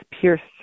pierced